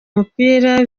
umupira